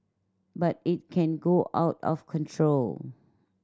but it can go out of control